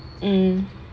mm